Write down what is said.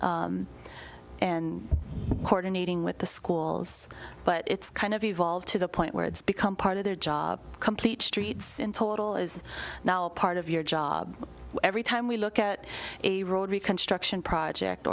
and corden eating with the schools but it's kind of evolved to the point where it's become part of their job complete streets in total is part of your job every time we look at a road reconstruction project